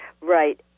Right